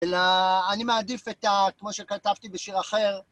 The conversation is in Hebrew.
אלא אני מעדיף את כמו שכתבתי בשיר אחר